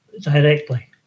directly